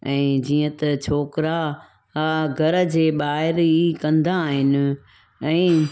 ऐं जीअं त छोकिरा घर जे ॿाहिरि ई कंदा आहिनि ऐं